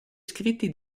scritti